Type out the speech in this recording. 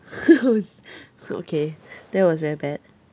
that was okay that was very bad